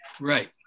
right